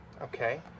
okay